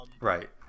Right